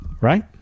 right